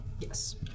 Yes